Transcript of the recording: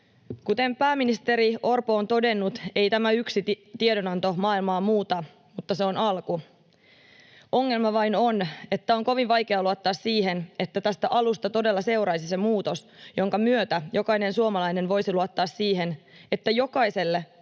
Kuten pääministeri Orpo on todennut, ei tämä yksi tiedonanto maailmaa muuta, mutta se on alku. Ongelma vain on, että on kovin vaikea luottaa siihen, että tästä alusta todella seuraisi se muutos, jonka myötä jokainen suomalainen voisi luottaa siihen, että jokaiselle